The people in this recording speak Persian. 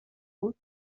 بود